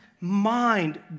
mind